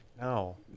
No